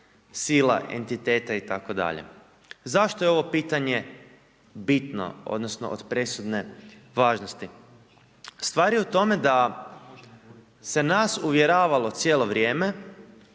sila, entiteta itd. Zašto je ovo pitanje bitno, odnosno, od presudne važnosti? Stvar je u tome, da se nas uvjeravalo cijelo vrijeme,